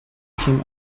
him